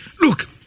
look